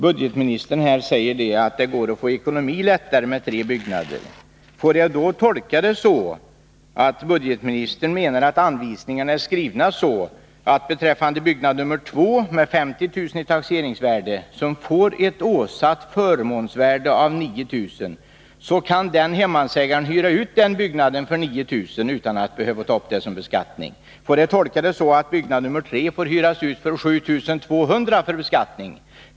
Budgetministern säger här att det går lättare att få ekonomi på tre byggnader. Får jag tolka det så att budgetministern menar att anvisningarna är skrivna så, att t.ex. byggnad nr 2 med 50 000 kr. i taxeringsvärde, som får ett åsatt förmånsvärde av 9 000 kr., kan hyras ut för 9 000 kr. utan att vederbörande hemmansägare behöver ta upp det beloppet för beskattning? Får byggnad nr 3 hyras ut för 7 200 kr.?